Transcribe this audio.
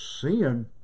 sin